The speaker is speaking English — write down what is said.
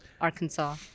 Arkansas